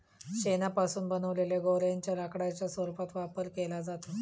शेणापासून बनवलेल्या गौर्यांच्या लाकडाच्या रूपात वापर केला जातो